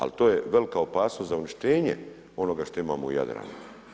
Al to je velika opasnost za uništenje onoga što imamo u Jadranu.